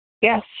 Yes